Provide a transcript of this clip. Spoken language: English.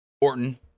Orton